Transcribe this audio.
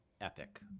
epic